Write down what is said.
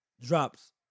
drops